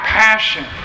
passion